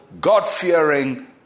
God-fearing